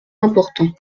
important